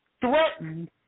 threatened